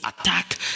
attack